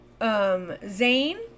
Zayn